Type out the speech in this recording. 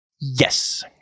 Yes